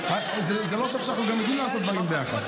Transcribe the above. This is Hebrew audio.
זה לא סוד שאנחנו גם יודעים לעשות דברים ביחד.